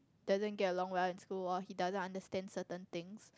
doesn't get along well in school or he doesn't understand certain things